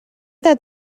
that